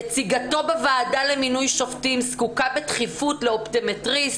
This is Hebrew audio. נציגתו בוועדה למינוי שופטים זקוקה בדחיפות לאופטומטריסט,